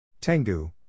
Tengu